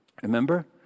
remember